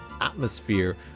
atmosphere